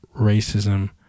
racism